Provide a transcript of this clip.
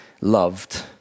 loved